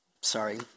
Sorry